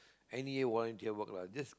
n_e_a volunteer work lah just